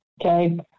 Okay